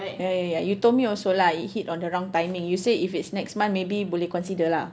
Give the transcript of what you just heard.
ya ya ya you told me also lah it hit on the wrong timing you say if it's next month maybe boleh consider lah